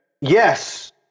Yes